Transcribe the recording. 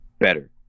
better